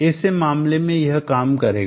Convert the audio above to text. ऐसे मामले में यह काम करेगा